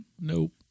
Nope